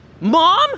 Mom